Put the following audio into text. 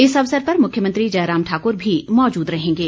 इस अवसर पर मुख्यमंत्री जयराम ठाकुर भी मौजूद रहेंगे